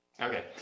Okay